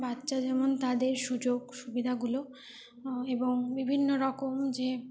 বাচ্চা যেমন তাদের সুযোগ সুবিধাগুলো এবং বিভিন্নরকম যে